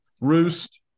Roost